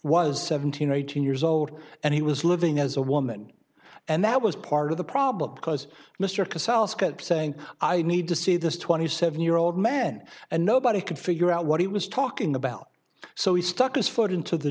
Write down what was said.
was seventeen or eighteen years old and he was living as a woman and that was part of the problem because mr casals kept saying i need to see this twenty seven year old man and nobody could figure out what he was talking the bell so he stuck his foot into the